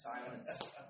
silence